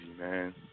man